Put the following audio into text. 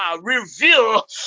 reveal